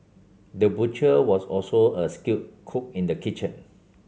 the butcher was also a skilled cook in the kitchen